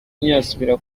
ntiyasubira